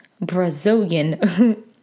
Brazilian